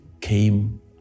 came